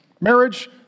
marriage